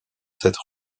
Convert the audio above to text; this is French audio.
cette